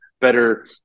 better